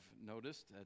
noticed